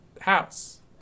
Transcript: house